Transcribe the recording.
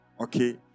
Okay